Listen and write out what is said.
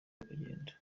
bakagenda